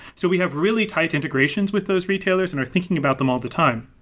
so we have really tight integrations with those retailers and are thinking about them all the time.